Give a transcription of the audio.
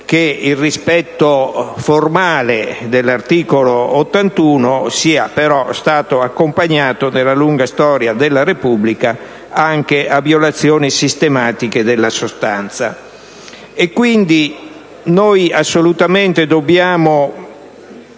che il rispetto formale dell'articolo 81 sia però stato accompagnato, nella lunga storia della Repubblica, anche da violazioni sistematiche della sostanza. Quindi, dobbiamo assolutamente centrare